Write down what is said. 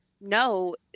no